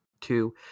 two